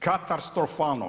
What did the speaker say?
Katastrofalno.